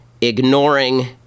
ignoring